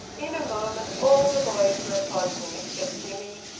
in a moment all the boys were upon him, except jimmie,